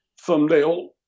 thumbnail